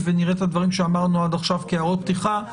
ונראה את הדברים0 שאמרנו עד עכשיו כאות פתיחה.